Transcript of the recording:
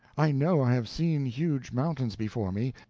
i know i have seen huge mountains before me,